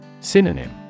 Synonym